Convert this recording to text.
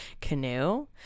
canoe